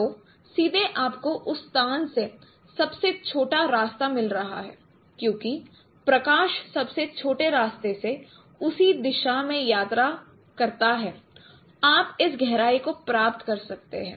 तो सीधे आपको उस स्थान से सबसे छोटा रास्ता मिल रहा है क्योंकि प्रकाश सबसे छोटे रास्ते से उसी दिशा में यात्रा करता है आप इस गहराई को प्राप्त कर सकते हैं